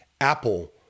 Apple